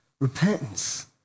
Repentance